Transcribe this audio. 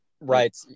right